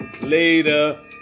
later